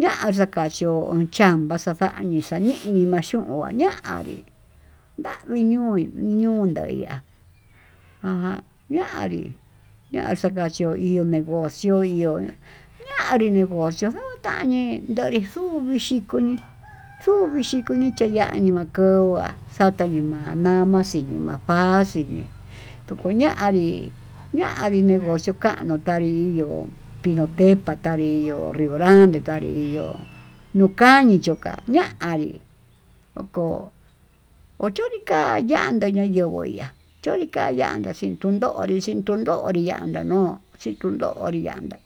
ña'a xakaxhió ho chamba xaxañii xañini machun vaí ña'avi ñamí ñuu, vii yundaiyá ajan ñanrí ña'a xakaxhió ihó me'e voxió ihó ñanrí negoció utañii ñanii xhuu vixhí kunii xuu vichí kunii, he yanii makonguá xatema ma'a namaxin, ma'a fá xin tukuñadii ñanii negocio kano tañii yo'o kueka taavii yo'ó, llorando tavii yo'ó nukani chokaña'a oko ho chonrí ka'a ya'á yandó ña'a yenguó ya'á choyii ka'a yandá chikonyo'ó ndori chikon ndonrí ya'á andanuu chikondonrí anda'á.